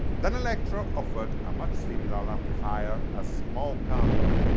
danelectro offered a much similar amplifier as small combo,